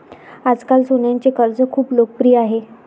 आजकाल सोन्याचे कर्ज खूप लोकप्रिय आहे